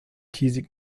käsig